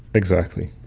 exactly.